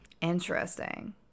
Interesting